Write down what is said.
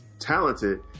talented